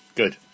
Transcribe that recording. Good